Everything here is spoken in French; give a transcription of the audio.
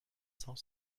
cent